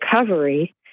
recovery